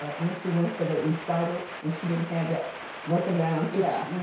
ah when she went for that recital and she didn't have that broken down yeah.